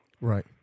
Right